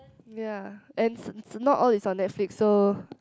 ya and not all is on Netflix so